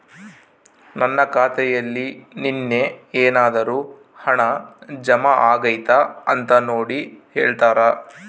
ನನ್ನ ಖಾತೆಯಲ್ಲಿ ನಿನ್ನೆ ಏನಾದರೂ ಹಣ ಜಮಾ ಆಗೈತಾ ಅಂತ ನೋಡಿ ಹೇಳ್ತೇರಾ?